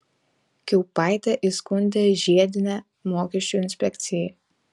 kiaupaitė įskundė žiedienę mokesčių inspekcijai